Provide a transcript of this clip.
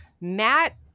matt